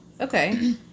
Okay